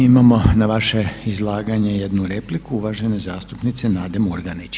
Imamo na vaše izlaganje jednu repliku, uvažene zastupnice Nade Murganić.